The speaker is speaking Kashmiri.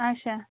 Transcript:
اچھا